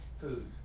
food